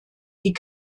die